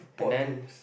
board games